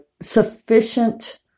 sufficient